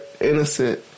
innocent